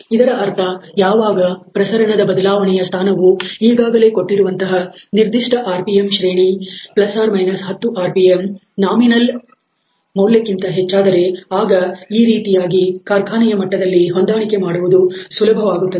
ಇದರ ಅರ್ಥ ಯಾವಾಗ ಪ್ರಸರಣದ ಬದಲಾವಣೆಯ ಸ್ಥಾನವು ಈಗಾಗಲೇ ಕೊಟ್ಟಿರುವಂತಹ ನಿರ್ದಿಷ್ಟ ಆರ್ ಪಿ ಎಂ ಶ್ರೇಣಿ ±10 ಆರ್ ಪಿ ಎಂ ನಾಮಿನಲ್ ಮೌಲ್ಯಕ್ಕಿಂತ ಹೆಚ್ಚಾದರೆ ಆಗ ಈ ರೀತಿಯಾಗಿ ಕಾರ್ಖಾನೆಯ ಮಟ್ಟದಲ್ಲಿ ಹೊಂದಾಣಿಕೆ ಮಾಡುವುದು ಸುಲಭವಾಗುತ್ತದೆ